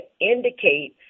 indicate